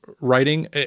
writing